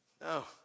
No